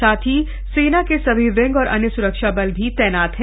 साथ ही सेना के सभी विंग और अन्य सुरक्षा बल भी तैनात है